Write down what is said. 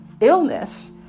illness